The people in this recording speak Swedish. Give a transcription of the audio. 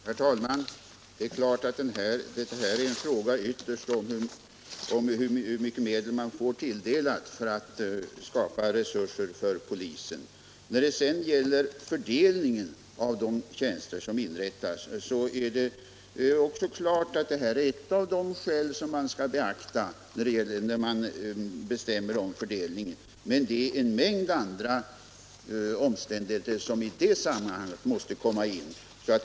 Herr talman! Det är klart att det ytterst är en fråga om hur mycket medel man får tilldelade för att skapa resurser för polisen. När det gäller fördelningen av de tjänster som inrättas, så är det klart att detta är ett av de skäl som man skall beakta vid fördelningen. Men det är en mängd andra omständigheter som man också måste ta hänsyn till i det sammanhanget.